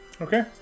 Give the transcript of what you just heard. Okay